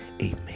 amen